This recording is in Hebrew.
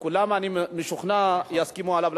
כולם, אני משוכנע, יסכימו עליו.